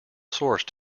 source